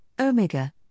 Omega